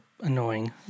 annoying